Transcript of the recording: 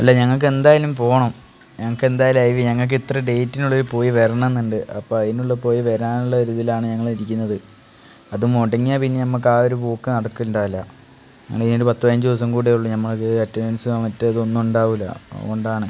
അല്ല ഞങ്ങൾക്കെന്തായാലും പോകണം ഞങ്ങൾക്കെന്തായാലും ഐ വി ഞങ്ങൾക്കിത്ര ഡേയ്റ്റിനുള്ളിൽ പോയി വരണം എന്നുണ്ട് അപ്പോൾ അതിനുള്ള പോയി വരാനുള്ള ഒരിതിലാണ് ഞങ്ങളിരിക്കുന്നത് അത് മുടങ്ങിയാൽ പിന്നെ നമ്മൾക്ക് ആ ഒരു പോക്ക് നടക്കുകയുണ്ടാവില്ല നമ്മളിതിൻ്റെ പത്ത് പതിനഞ്ചു ദിവസം കൂടിയെയുള്ളൂ നമ്മൾക്ക് അറ്റൻ്റൻസ് ആ മറ്റേതൊന്നും ഉണ്ടാവില്ല അതുകൊണ്ടാണ്